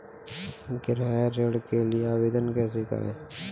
गृह ऋण के लिए आवेदन कैसे करें?